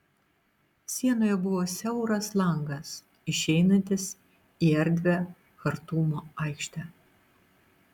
sienoje buvo siauras langas išeinantis į erdvią chartumo aikštę